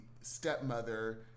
stepmother